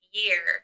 year